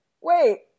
Wait